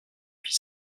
fit